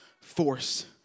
force